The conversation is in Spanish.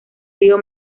río